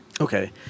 Okay